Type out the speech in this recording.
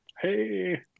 hey